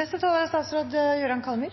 fram et forslag